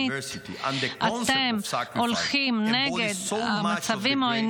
ההתמודדות עם מצוקה ורעיון של הקרבה הם חלק גדול כל כך מעוצמת העם